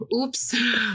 Oops